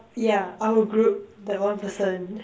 yeah our group that one person